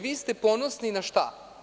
Vi ste ponosni na šta?